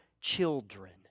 children